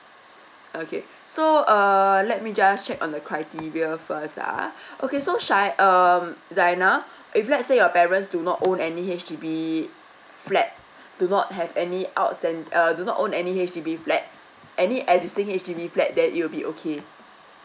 okay so err let me just check on the criteria first ah okay so shin~ um zainal if let's say your parents do not own any H_D_B flat do not have any outstand err do not own any H_D_B flat any existing H_D_B flat then it will be okay